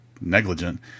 negligent